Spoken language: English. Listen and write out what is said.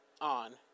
on